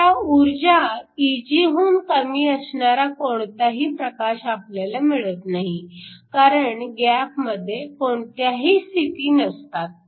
आता ऊर्जा Eg हुन कमी असणारा कोणताही प्रकाश आपल्याला मिळत नाही कारण गॅपमध्ये कोणत्याही स्थिती नसतात